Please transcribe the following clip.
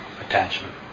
attachment